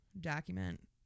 document